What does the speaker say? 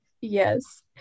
yes